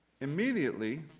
Immediately